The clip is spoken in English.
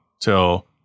till